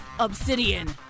Obsidian